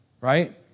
Right